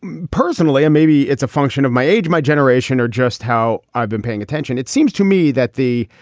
personally and maybe it's a function of my age, my generation, or just how i've been paying attention. it seems to me that the